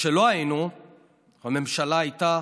וכשלא היינו הממשלה הייתה